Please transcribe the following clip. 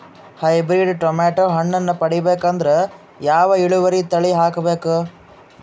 Hybrid tomato ಹಣ್ಣನ್ನ ಪಡಿಬೇಕಂದರ ಯಾವ ಇಳುವರಿ ತಳಿ ಹಾಕಬೇಕು?